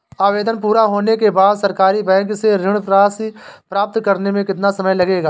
आवेदन पूरा होने के बाद सरकारी बैंक से ऋण राशि प्राप्त करने में कितना समय लगेगा?